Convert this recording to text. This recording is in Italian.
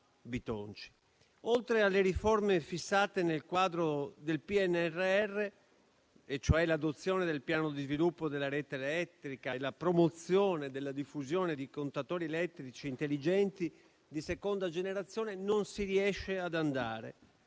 Oltre alle riforme fissate nel quadro del PNRR, e cioè l'adozione del piano di sviluppo della rete elettrica e la promozione della diffusione di contatori elettrici intelligenti di seconda generazione, non si riesce ad andare.